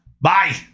Bye